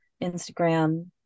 Instagram